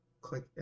click